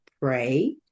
pray